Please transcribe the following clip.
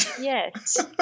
yes